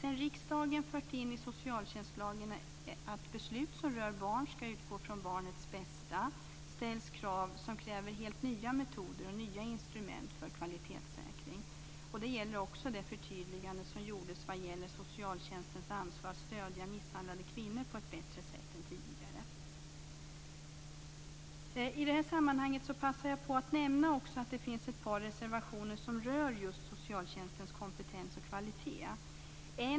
Sedan riksdagen fört in i socialtjänstlagen att beslut som rör barn ska utgå från barnets bästa ställs krav som kräver helt nya metoder och nya instrument för kvalitetssäkring. Det gäller också det förtydligande som gjordes vad gäller socialtjänstens ansvar att stödja misshandlade kvinnor på ett bättre sätt än tidigare. I det här sammanhanget passar jag också på att nämna att det finns ett par reservationer som rör just socialtjänstens kompetens och kvalitet.